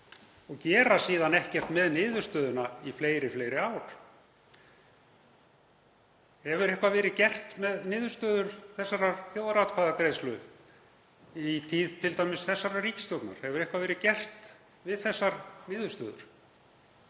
og gera síðan ekkert með niðurstöðuna í fleiri ár. Hefur eitthvað verið gert með niðurstöður þessarar þjóðaratkvæðagreiðslu t.d. í tíð þessarar ríkisstjórnar? Hefur eitthvað verið gert við þessar niðurstöður?